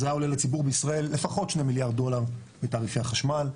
זה היה עולה לציבור בישראל לפחות 2 מיליארד דולר בתעריפי החשמל.